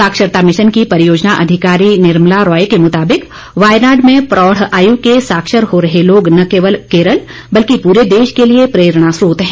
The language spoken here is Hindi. साक्षरता भिशन की परियोजना अधिकारी निर्मला रॉय के मुताबिक वायनाड में प्रौढ़ आयू के साक्षर हो रहे लोग न केवल केरल बल्कि पूरे देश के लिए प्रेरणा स्रोत हैं